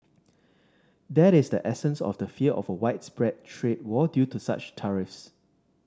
that is the essence of the fear of a widespread trade war due to such tariffs